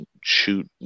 shoot